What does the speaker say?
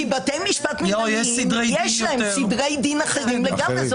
בתי משפט מינהליים, יש להם סדרי דין אחרים לגמרי.